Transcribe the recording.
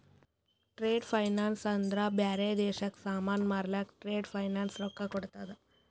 trade finance ಅಂದ್ರ ಬ್ಯಾರೆ ದೇಶಕ್ಕ ಸಾಮಾನ್ ಮಾರ್ಲಕ್ ಟ್ರೇಡ್ ಫೈನಾನ್ಸ್ ರೊಕ್ಕಾ ಕೋಡ್ತುದ್